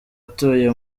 atuye